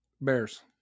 Bears